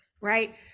right